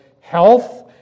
health